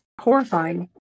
horrifying